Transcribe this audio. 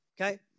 Okay